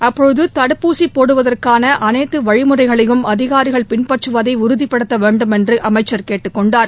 அப்போது தடுப்பூசி போடுவதற்கான அனைத்து வழிமுறைகளையும் அதிகாரிகள் பின்பற்றுவதை உறுதிபடுத்த வேண்டும் என்று அமைச்சர் கேட்டுக்கொண்டார்